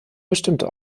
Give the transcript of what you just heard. bestimmte